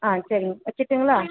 ஆ சரிங்க வைச்சிட்டுங்களா